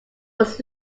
was